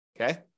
okay